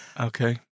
Okay